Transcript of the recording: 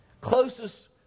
closest